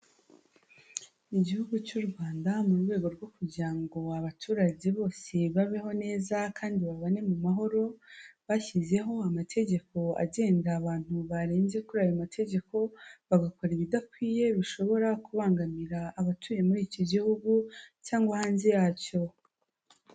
Mu gihugu cy'u Rwanda, mu rwego rwo kugira ngo abaturage bose babeho neza kandi babane mu mahoro, bashyizeho amategeko agenga abantu barenze kuri ayo mategeko, bagakora ibidakwiye bishobora kubangamira abatuye muri iki gihugu cyangwa hanze yacyo.